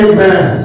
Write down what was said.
Amen